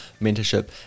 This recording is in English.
mentorship